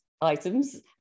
items